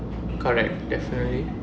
correct definitely